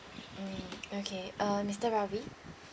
mm okay uh mister Ravi